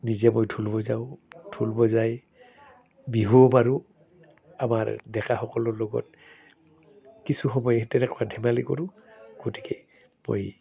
নিজে মই ঢোল বজাওঁ ঢোল বজাই বিহুও মাৰোঁ আমাৰ ডেকাসকলৰ লগত কিছু সময় তেনেকুৱা ধেমালি কৰোঁ গতিকে মই